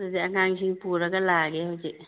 ꯑꯗꯨꯗꯤ ꯑꯉꯥꯡꯁꯤꯡ ꯄꯨꯔꯒ ꯂꯥꯛꯑꯒꯦ ꯍꯧꯖꯤꯛ